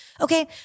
Okay